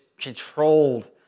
controlled